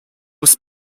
was